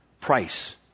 price